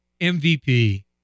MVP